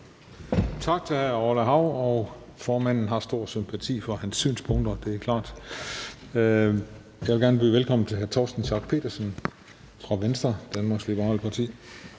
Tak til hr. Orla Hav. Formanden har stor sympati for hans synspunkter. Det er klart. Jeg vil gerne byde velkommen til hr. Torsten Schack Pedersen fra Venstre, Danmarks Liberale Parti.